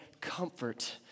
comfort